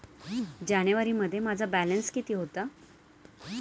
जानेवारीमध्ये माझा बॅलन्स किती होता?